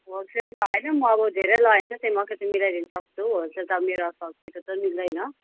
wholesale त होइन म अब धेरै लग्यो भने चाहिँ त्यो म अलिकति मिलाइदिनु सक्छु होलसेल त मेरो सब्जीको त मिल्दैन